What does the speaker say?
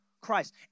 Christ